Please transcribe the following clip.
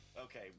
Okay